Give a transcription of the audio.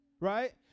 right